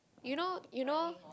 you know you know